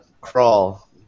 crawl